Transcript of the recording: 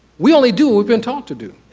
we only do what we've been taught to do.